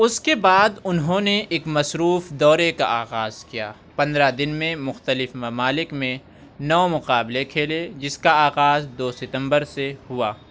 اس کے بعد انہوں نے ایک مصروف دورے کا آغاز کیا پندرہ دن میں مختلف ممالک میں نو مقابلے کھیلے جس کا آغاز دو ستمبر سے ہوا